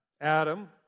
Adam